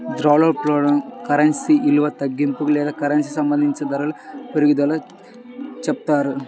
ద్రవ్యోల్బణం కరెన్సీ విలువ తగ్గింపుకి లేదా కరెన్సీకి సంబంధించిన ధరల పెరుగుదలగా చెప్తారు